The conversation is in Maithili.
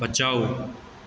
बचाउ